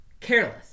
careless